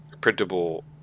printable